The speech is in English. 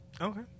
Okay